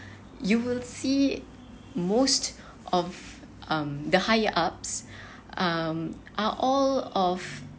you will see most of um the higher ups um are all of